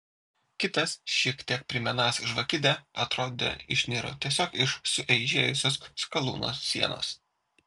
kitas šiek tiek primenąs žvakidę atrodė išniro tiesiog iš sueižėjusios skalūno sienos